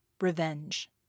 revenge